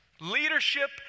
Leadership